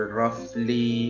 roughly